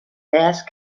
bêst